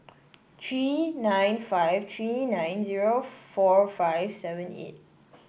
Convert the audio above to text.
three nine five three nine zero four five seven eight